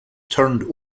turned